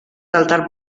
saltar